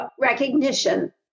recognition